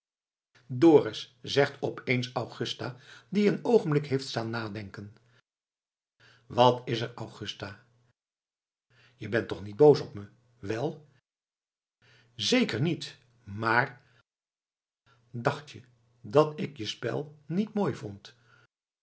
dorus zegt op eens augusta die een oogenblik heeft staan nadenken wat is er augusta je bent toch niet boos op me wel zeker niet maar dacht je dat ik je spel niet mooi vond